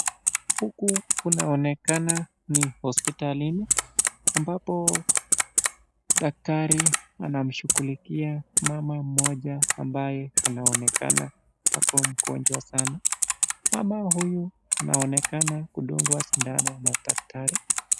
Huku kunaonekana ni hosipitalini, ambapo daktari anamshughulikia mama mmoja ambaye anaonekana kuwa mgonjwa sanaa. Mama huyu anaonekana kudungwa sindano na daktari.